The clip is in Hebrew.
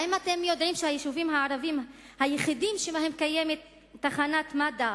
האם אתם יודעים שהיישובים הערביים היחידים שקיימת בהם תחנת מד"א,